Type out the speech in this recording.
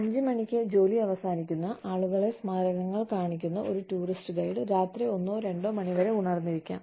5 മണിക്ക് ജോലി അവസാനിക്കുന്ന ആളുകളെ സ്മാരകങ്ങൾ കാണിക്കുന്ന ഒരു ടൂറിസ്റ്റ് ഗൈഡ് രാത്രി ഒന്നോ രണ്ടോ മണി വരെ ഉണർന്നിരിക്കാം